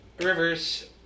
Rivers